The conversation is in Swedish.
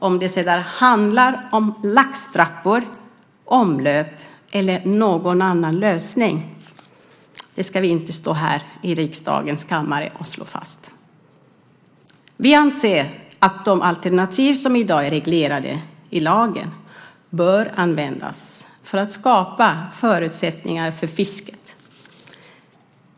Om det sedan handlar om laxtrappor, omlöp eller någon annan lösning ska vi inte stå här i riksdagens kammare och slå fast. Vi anser att de alternativ som i dag är reglerade i lagen bör användas för att skapa förutsättningar för fisket.